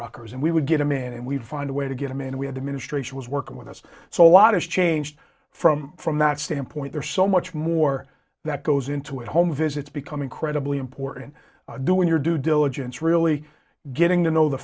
rockers and we would get a man and we'd find a way to get him and we had to ministre she was working with us so a lot is changed from from that standpoint there's so much more that goes into it home visits become incredibly important doing your due diligence really getting to know the